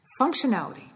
Functionality